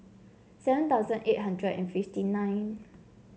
seven thousand eight hundred and fifty nine